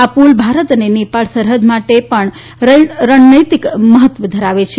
આ પુલ ભારત નેપાળ સરહૃદ માટે રણનૈતિક મહૃત્વ ધરાવે છે